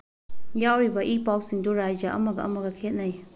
ꯌꯥꯎꯔꯤꯕ ꯏ ꯄꯥꯎꯁꯤꯡꯗꯨ ꯔꯥꯖ꯭ꯌꯥ ꯑꯃꯒ ꯑꯃꯒ ꯈꯦꯅꯩ